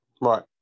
Right